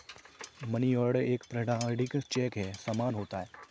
money order एक प्रमाणिक cheque के समान होता है